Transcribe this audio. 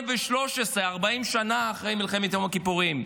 40 שנה אחרי מלחמת יום הכיפורים.